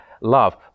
love